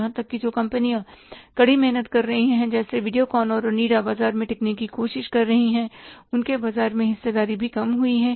यहां तक कि जो कंपनियां कड़ी मेहनत कर रही हैं जैसे वीडियोकॉन और ओनिडा बाजार में टिकने की कोशिश कर रही हैं उनके बाजार में हिस्सेदारी भी कम हुई है